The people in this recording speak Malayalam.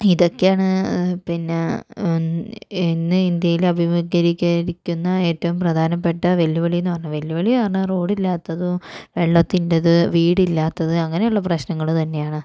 ഇതൊക്കെയാണ് പിന്നെ ഇന്ന് ഇന്ത്യയില് അഭിമുഖീകരി കരിക്കുന്ന ഏറ്റവും പ്രധാനപ്പെട്ട വെല്ലുവിളീന്ന് പറഞ്ഞാൽ വെല്ലുവിളി എന്ന് പറഞ്ഞാൽ റോഡില്ലാത്തതും വെള്ളത്തിൻ്റെത് വീടില്ലാത്തത് അങ്ങനെയുള്ള പ്രശ്നങ്ങള് തന്നെയാണ്